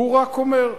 הוא רק אומר,